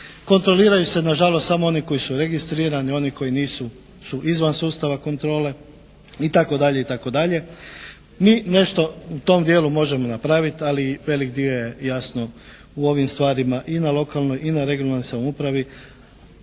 Kontroliraju se nažalost samo oni koji su registrirani, oni koji nisu su izvan sustava kontrole. I tako dalje i tako dalje. Mi nešto u tom dijelu možemo napraviti ali velik dio je jasno u ovim stvarima i na lokalnoj i na regionalnoj samoupravi